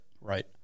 Right